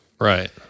right